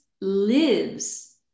lives